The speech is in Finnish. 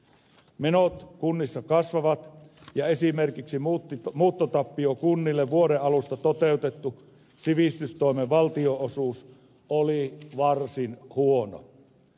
menot kunnissa kasvavat ja esimerkiksi muuttotappiokunnille vuoden alusta toteutettu sivistystoimen valtionosuus oli varsin huono